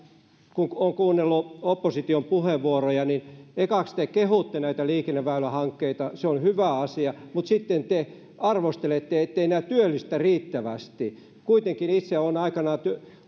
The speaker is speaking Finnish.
kun on kuunnellut opposition puheenvuoroja niin ensiksi te kehutte näitä liikenneväylähankkeita se on hyvä asia mutta sitten te arvostelette etteivät nämä työllistä riittävästi kuitenkin itse olen aikanaan